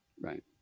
right